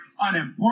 unimportant